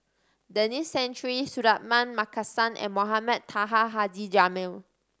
Denis Santry Suratman Markasan and Mohamed Taha Haji Jamil